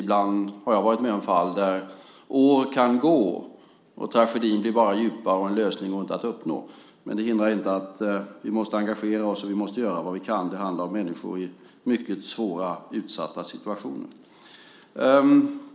Ibland har jag varit med om fall där åren går, tragedin bara blir djupare och någon lösning inte går att uppnå. Det hindrar inte att vi måste engagera oss och att vi måste göra vad vi kan. Det handlar om människor i mycket svåra och utsatta situationer.